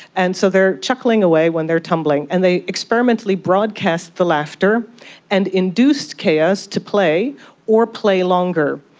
and so they are chuckling away when they are tumbling. and they experimentally broadcast the laughter and induced keas to play or play longer.